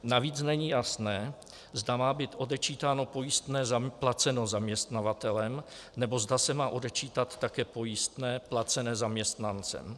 Navíc není jasné, zda má být odečítáno pojistné placené zaměstnavatelem, nebo zda se má odečítat také pojistné placené zaměstnancem.